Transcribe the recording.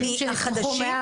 החדשים?